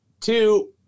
Two